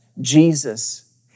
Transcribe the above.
Jesus